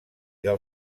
del